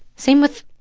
same with,